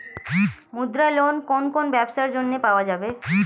মুদ্রা লোন কোন কোন ব্যবসার জন্য পাওয়া যাবে?